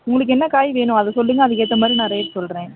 உங்களுக்கு என்ன காய் வேணும் அதை சொல்லுங்க அதுக்கு ஏற்ற மாதிரி நான் ரேட் சொல்கிறேன்